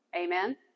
Amen